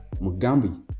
mugambi